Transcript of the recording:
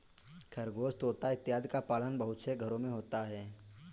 खरगोश तोता इत्यादि का पालन बहुत से घरों में होता है